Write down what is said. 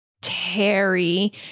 Terry